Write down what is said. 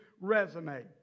resume